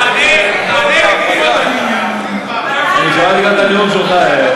אני שמעתי גם את הנאום שלך.